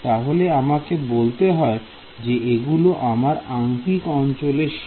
তাহলে আমাকে বলতে হয় যে এগুলি আমার আংকিক অঞ্চলের সীমা